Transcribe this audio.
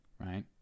right